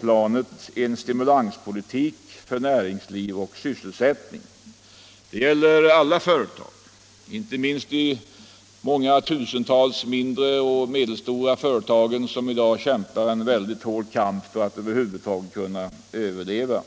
planet en stimulanspolitik för näringslivet och sysselsättningen. Det gäller alla företag — inte minst de många tusental mindre och medelstora företag som i dag kämpar en hård kamp för att över huvud taget kunna överleva.